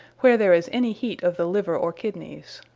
where there is any heat of the liver or kidnyes.